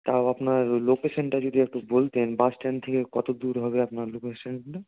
তাও আপনার ওই লোকেশনটা যদি একটু বলতেন বাস স্ট্যান্ড থেকে কতো দূর হবে আপনার লোকেশনটা